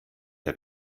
der